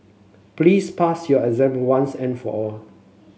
please pass your exam once and for all